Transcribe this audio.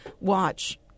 watch